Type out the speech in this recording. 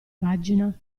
pagina